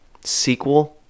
sequel